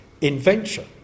invention